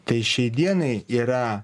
tai šiai dienai yra